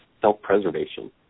self-preservation